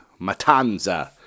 Matanza